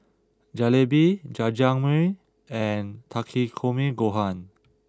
Jalebi Jajangmyeon and Takikomi gohan